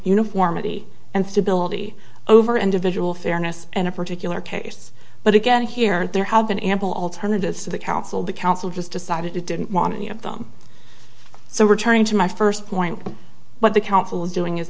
uniformity and stability over individual fairness and a particular case but again here there have been ample alternatives to the council be council just decided it didn't want any of them so returning to my first point what the council is doing is